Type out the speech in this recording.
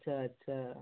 ਅੱਛਾ ਅੱਛਾ